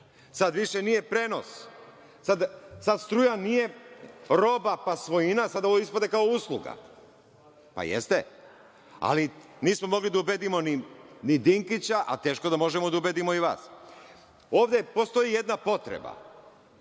Sada više nije prenos, sada struja nije roba, pa svojina, sada ovo ispada kao usluga. Pa jeste, ali nismo mogli da ubedimo ni Dinkića, a teško da možemo da ubedimo i vas. Ovde postoji jedna potreba